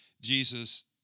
jesus